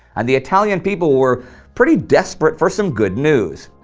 and the italian people were pretty desperate for some good news.